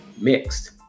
mixed